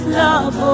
love